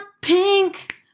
pink